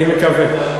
אני מקווה.